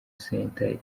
centre